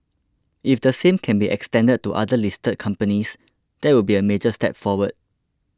if the same can be extended to the other listed companies that would be a major step forward